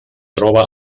troba